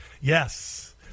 yes